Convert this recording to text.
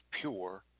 pure